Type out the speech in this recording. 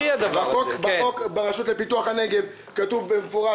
בחוק הרשות לפיתוח הנגב כתוב במפורש